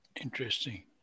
Interesting